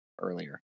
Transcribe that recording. earlier